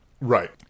Right